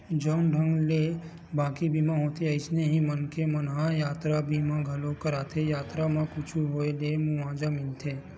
जउन ढंग ले बाकी बीमा होथे अइसने ही मनखे मन ह यातरा बीमा घलोक कराथे यातरा म कुछु होय ले मुवाजा मिलथे